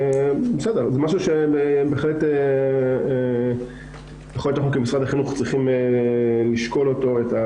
זה משהו שבהחלט יכול להיות שאנחנו כמשרד החינוך צריכים לשקול אותו.